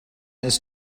ist